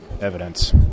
evidence